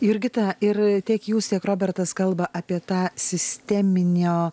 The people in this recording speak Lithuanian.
jurgita ir tiek jūs tiek robertas kalba apie tą sisteminio